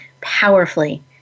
powerfully